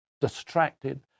distracted